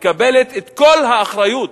מקבלת את כל האחריות.